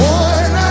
one